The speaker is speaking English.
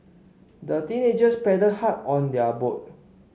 the teenagers paddled hard on their boat